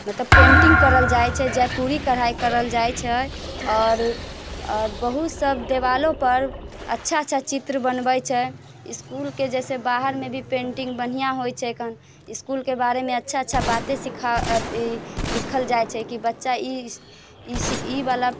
मतलब पैन्टिंग कयल जाइ छै जयपुरी कढ़ाइ कयल जाइत छै आओर आओर बहुतसभ देवालोपर अच्छा अच्छा चित्र बनबैत छै इस्कुलके जैसे बाहरमे भी पेन्टिंग बढ़िआँ होइत छै तहन इस्कुलके बारेमे अच्छा अच्छा बाते सिखा अथि लिखल जाइत छै कि बच्चा ई सि ईवला